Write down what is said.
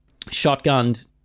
shotgunned